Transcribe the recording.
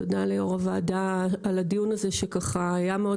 תודה ליו"ר הוועדה על הדיון הזה שככה היה מאוד